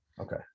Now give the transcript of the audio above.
okay